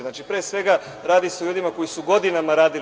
Znači, pre svega, radi se o ljudima koji su godinama radili.